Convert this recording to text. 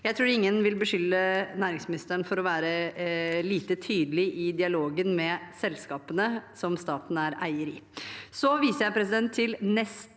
Jeg tror ingen vil beskylde næringsministeren for å være lite tydelig i dialogen med selskapene som staten er eier i. Så viser jeg til siste